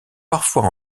parfois